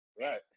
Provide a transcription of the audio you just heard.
Right